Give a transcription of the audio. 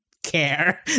Care